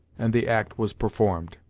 and the act was performed.